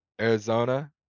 Arizona